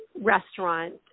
restaurant